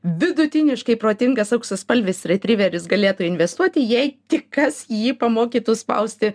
vidutiniškai protingas auksaspalvis retriveris galėtų investuoti jei tik kas jį pamokytų spausti